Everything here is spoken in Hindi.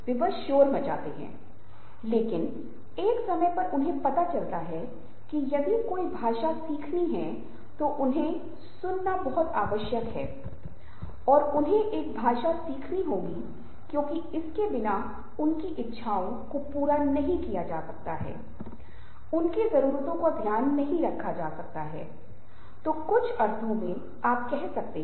अब आज मैं संचार शैली के बारे में बात करने जा रहा हूं जो इस क्षेत्र में वास्तव में बहुत ही दिलचस्प विषय है क्योंकि प्रत्येक व्यक्ति को संचार शैली के बारे में उसके व्यवहार में कुछ अनूठा मिला है